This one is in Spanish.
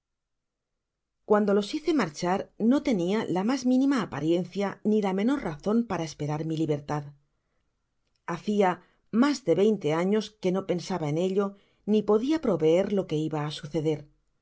guando los hice marchar no tenia la mas minima apariencia ni la menor razcn para esperar mi libertad hacia mas de veinte años que no pensába en ello ni podia preveer lo que iba á suceder